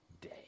day